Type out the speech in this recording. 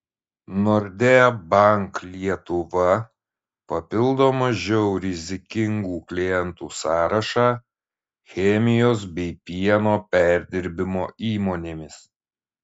nordea bank lietuva papildo mažiau rizikingų klientų sąrašą chemijos bei pieno perdirbimo įmonėmis